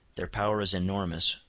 their power is enormous,